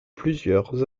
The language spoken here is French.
plusieurs